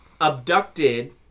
abducted